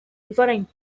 referring